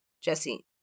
Jesse